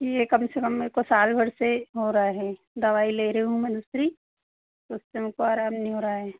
यह कम से कम मुझको साल भर से हो रहा है दवाई ले रही हूँ मैं दूसरी उससे मुझको आराम नहीं हो रहा है